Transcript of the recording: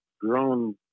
grown